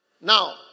Now